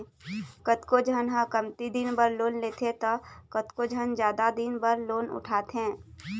कतको झन ह कमती दिन बर लोन लेथे त कतको झन जादा दिन बर लोन उठाथे